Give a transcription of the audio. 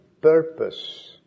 purpose